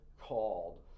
called